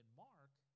Mark